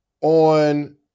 on